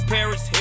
Paris